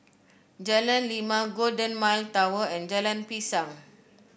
Jalan Lima Golden Mile Tower and Jalan Pisang